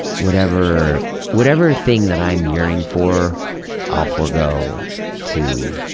whatever whatever thing that i'm yearning for i'll forego to.